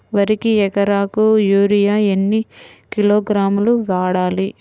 వరికి ఎకరాకు యూరియా ఎన్ని కిలోగ్రాములు వాడాలి?